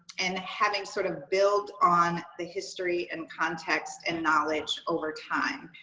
and having sort of build on the history and context and knowledge over time.